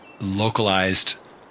localized